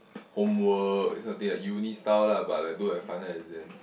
homework this kind of thing like uni style lah but like don't have final exam